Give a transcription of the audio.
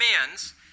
commands